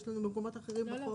יש לנו במקומות אחרים בחוק